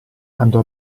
andò